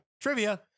trivia